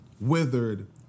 Withered